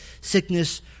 sickness